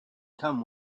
come